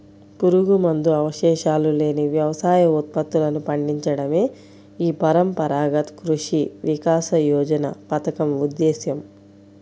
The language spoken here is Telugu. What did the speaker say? పురుగుమందు అవశేషాలు లేని వ్యవసాయ ఉత్పత్తులను పండించడమే ఈ పరంపరాగత కృషి వికాస యోజన పథకం ఉద్దేశ్యం